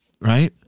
right